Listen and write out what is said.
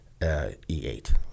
E8